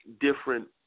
different